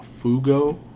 fugo